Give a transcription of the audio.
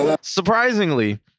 surprisingly